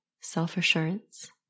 self-assurance